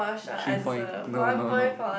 three point no no no